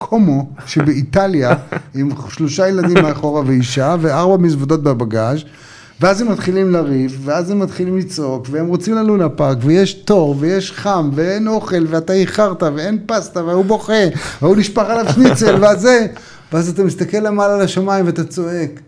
קומו שבאיטליה עם שלושה ילדים מאחורה ואישה וארבעה מזוודות בבגז ואז הם מתחילים לריב ואז הם מתחילים לצעוק והם רוצים ללונה פארק ויש תור ויש חם ואין אוכל ואתה איחרת ואין פסטה וההוא בוכה וההוא נשפך עליו שפניצל ואז זה ואז אתה מסתכל למעלה לשמיים ואתה צועק